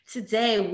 Today